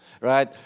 right